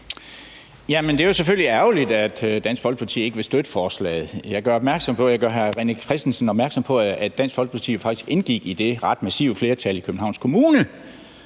at Dansk Folkeparti ikke vil støtte forslaget. Jeg gør hr. René Christensen opmærksom på, at Dansk Folkeparti faktisk indgik i det ret massive flertal i Københavns Kommune,